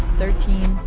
thirteen,